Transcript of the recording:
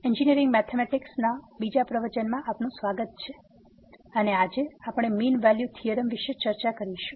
તો એન્જીનિયરિંગ ગણિત ૧ વિષયના બીજા પ્રવચનમાં આપનું સ્વાગત છે અને આજે આપણે મીન વેલ્યુ થીયોરમ વિશે ચર્ચા કરીશું